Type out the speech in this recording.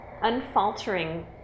unfaltering